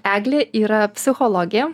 eglė yra psichologė